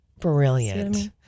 brilliant